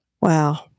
Wow